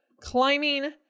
climbing